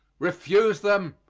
refuse them,